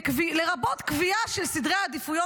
לרבות קביעה של סדרי עדיפויות